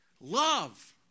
Love